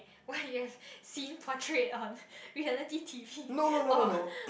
what you've seen portrait on reality T_V or